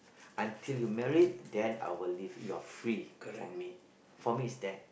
until you married then I will leave you are free for me for me is that